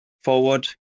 forward